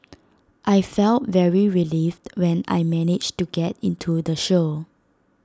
I felt very relieved when I managed to get into the show